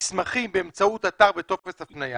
מסמכים באמצעות אתר בטופס הפניה